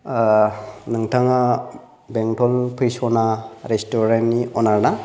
नोंथाङा बेंटल 'फै सना' रेस्टुरेन्ट नि अनार ना